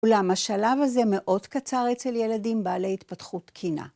אולם השלב הזה מאוד קצר אצל ילדים בעלי התפתחות תקינה.